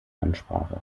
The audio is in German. ansprache